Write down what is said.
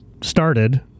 started